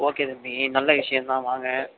okay தம்பி நல்ல விஷயந்தான் வாங்க